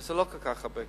וזה לא כל כך הרבה כסף.